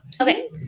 Okay